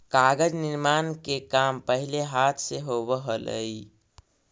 कागज निर्माण के काम पहिले हाथ से होवऽ हलइ